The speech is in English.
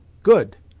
good!